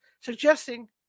suggesting